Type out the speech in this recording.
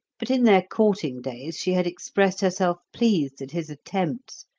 but in their courting days she had expressed herself pleased at his attempts,